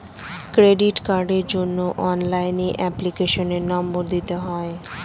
credit কার্ডের জন্য অনলাইনে এপ্লিকেশনের নম্বর দিতে হয়